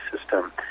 system